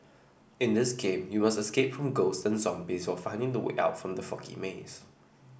in this game you must escape from ghosts and zombies while finding the way out from the foggy maze